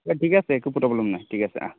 অঁ ঠিক আছে একো প্ৰবলেম নাই ঠিক আছে অঁ